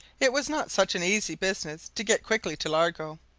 it was not such an easy business to get quickly to largo,